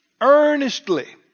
Earnestly